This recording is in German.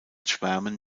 schwärmen